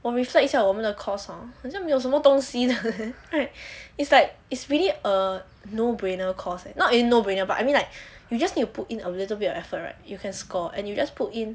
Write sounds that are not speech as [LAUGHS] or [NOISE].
我 reflect 一下我们的 course hor 好像没有什么东西 [LAUGHS] like is like is really a no brainer course leh not really no brainer but I mean like you just need to put in a little bit of effort right you can score and you just put in